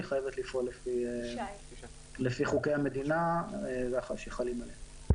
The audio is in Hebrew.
חייבת לפעול לפי חוקי המדינה שחלים עליה.